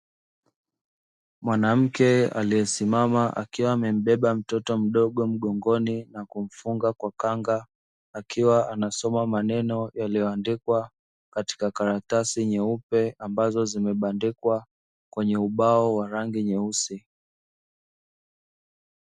Mwanamke aliyesimama akiwa amembeba mtoto mdogo mgongoni na kumfunga kwa kanga, akiwa anasoma maneno yaliyoandikwa katika karatasi nyeupe ambazo zimebandikwa kwenye ubao wa rangi nyeusi.